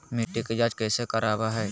मिट्टी के जांच कैसे करावय है?